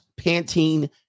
Pantene